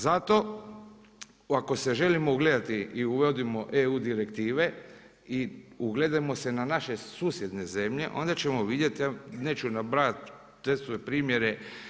Zato ako se želimo ugledati i uvodimo EU direktive i ugledamo se na naše susjedne zemlje onda ćemo vidjeti, neću nabrajati te sve primjere.